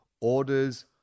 orders